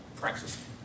Practice